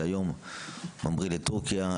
שהיום ממריא לטורקיה,